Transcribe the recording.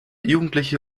jugendliche